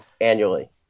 annually